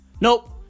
nope